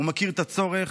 הוא מכיר את הצורך.